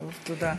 טוב, תודה.